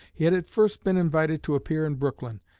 he had at first been invited to appear in brooklyn,